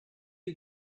you